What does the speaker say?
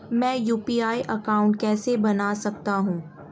मैं UPI account कैसे बना सकता हूं?